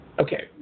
Okay